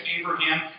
Abraham